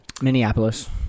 Minneapolis